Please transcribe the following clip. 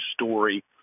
story